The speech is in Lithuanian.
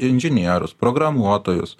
inžinierius programuotojus